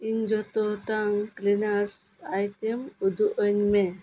ᱤᱧ ᱡᱚᱛᱚ ᱴᱟᱝ ᱠᱞᱤᱱᱟᱨᱥ ᱟᱭᱴᱮᱢ ᱩᱫᱩᱜ ᱟᱹᱧ ᱢᱮ